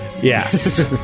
Yes